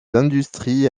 industries